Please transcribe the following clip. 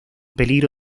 peligro